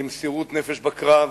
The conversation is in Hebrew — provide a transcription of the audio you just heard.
למסירות נפש בקרב,